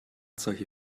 solche